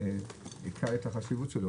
שהוא לא חשוב.